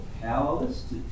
powerless